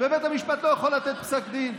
ובית המשפט לא יכול לתת פסק דין.